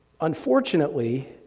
Unfortunately